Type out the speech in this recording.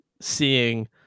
seeing